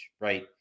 right